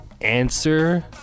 answer